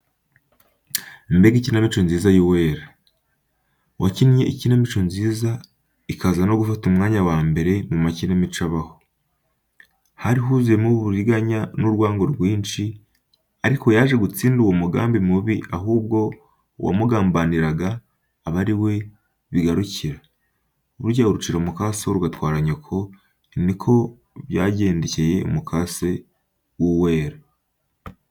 Mbega ikinamico nziza y'Uwera, wakinnye ikinamico nziza ikaza no gufata umwanya wa mbere mu makinamico abaho! Hari huzuyemo uburiganya n'urwango rwinshi, ariko yaje gutsinda uwo mugambi mubi ahubwo uwamugambaniraga aba ari we bigarukira, burya urucira mukaso rugatwara nyoko, ni ko byagendekeye mukase w'Uwera.